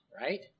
right